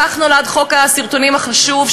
כך נולד חוק הסרטונים החשוב,